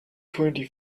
twenty